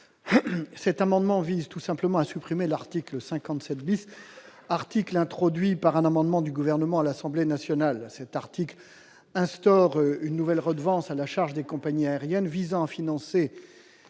cet amendement vise tout simplement à supprimer l'article 57 bis article introduit par un amendement du gouvernement à l'Assemblée nationale cet article instaure une nouvelle redevance à la charge des compagnies aériennes visant à financer